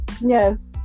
Yes